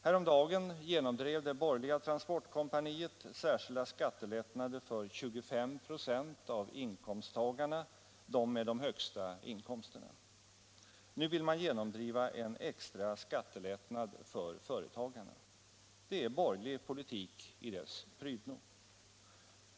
Häromdagen genomdrev det borgerliga transportkompaniet särskilda skattelättnader för 25 96 av inkomsttagarna — de med de högsta inkomsterna. Nu vill man genomdriva en extra skattelättnad för företagarna. Det är borgerlig politik i dess prydno!